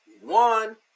one